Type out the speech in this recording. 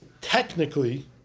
technically